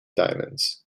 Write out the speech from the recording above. diamonds